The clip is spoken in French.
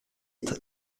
être